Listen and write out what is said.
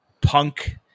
punk